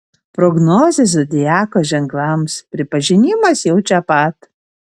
prognozė zodiako ženklams pripažinimas jau čia pat